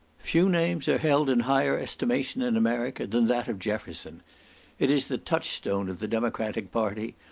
few names are held in higher estimation in america, than that of jefferson it is the touchstone of the democratic party,